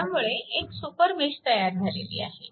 त्यामुळे एक सुपरमेश तयार झालेली आहे